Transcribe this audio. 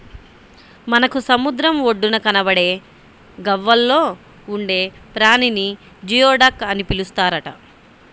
మనకు సముద్రం ఒడ్డున కనబడే గవ్వల్లో ఉండే ప్రాణిని జియోడక్ అని పిలుస్తారట